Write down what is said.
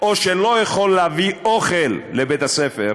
או שלא יכול להביא אוכל לבית-הספר,